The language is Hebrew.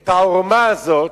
את העורמה הזאת,